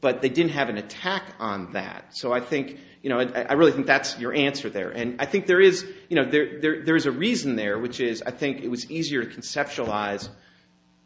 but they didn't have an attack on that so i think you know i really think that's your answer there and i think there is you know there's a reason there which is i think it was easier to conceptualize